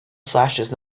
slashes